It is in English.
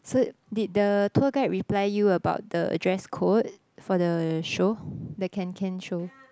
so did the tour guide reply you about the uh dress code for the show the can can show